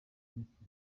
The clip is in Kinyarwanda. y’epfo